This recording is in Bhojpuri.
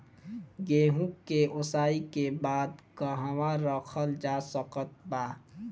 गेहूँ के ओसाई के बाद कहवा रखल जा सकत बा?